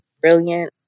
brilliant